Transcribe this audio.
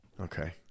Okay